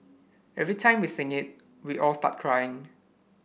every time we sing it we all start crying